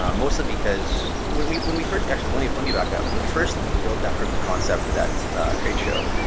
ah mostly because when we when we first actually let me let me back up. when we first built that proof of concept for that tradeshow,